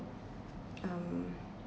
um